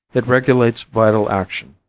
it regulates vital action,